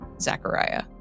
Zachariah